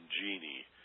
genie